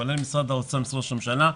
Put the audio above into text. כולל משרד האוצר ומשרד ראש הממשלה.